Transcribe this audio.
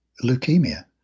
leukemia